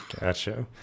Gotcha